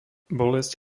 bolesť